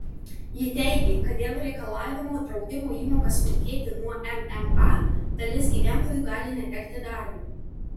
ji teigė kad dėl reikalavimo draudimo įmokas mokėti nuo mma dalis gyventojų gali netekti darbo